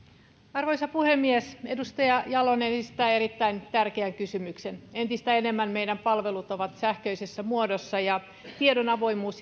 arvoisa puhemies edustaja jalonen esittää erittäin tärkeän kysymyksen entistä enemmän meidän palvelumme ovat sähköisessä muodossa ja tiedon avoimuus